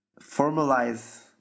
formalize